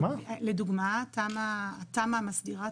לדוגמה התמ"א מסדירה,